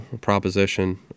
proposition